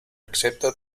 accepta